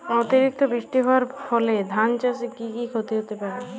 অতিরিক্ত বৃষ্টি হওয়ার ফলে ধান চাষে কি ক্ষতি হতে পারে?